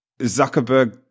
Zuckerberg